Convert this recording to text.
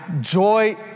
Joy